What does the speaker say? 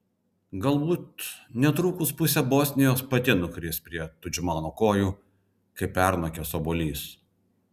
galbūt netrukus pusė bosnijos pati nukris prie tudžmano kojų kaip pernokęs obuolys